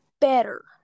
better